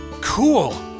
Cool